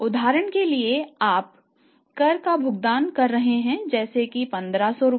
उदाहरण के लिए आप कर का भुगतान कर रहे हैं जैसे कि 1500 रुपये